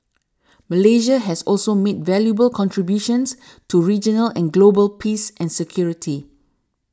Malaysia has also made valuable contributions to regional and global peace and security